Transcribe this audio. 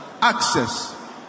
access